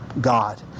God